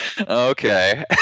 Okay